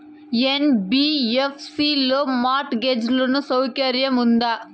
NBFC లో mortgage loan సౌకర్యం ఉందా?